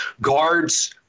Guards